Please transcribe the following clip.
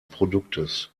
produktes